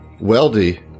Weldy